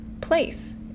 place